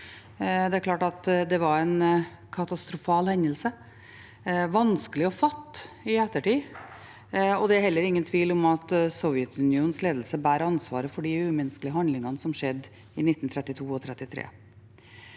var. Det var en katastrofal hendelse og vanskelig å fatte i ettertid. Det er heller ingen tvil om at Sovjetunionens ledelse bærer ansvaret for de umenneskelige handlingene som skjedde i 1932 og 1933.